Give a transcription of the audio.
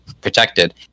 protected